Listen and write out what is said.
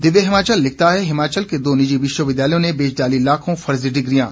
दिव्य हिमाचल लिखता है हिमाचल के दो निजी विश्वविद्यालयों ने बेच डालीं लाखों फर्जी डिग्रियां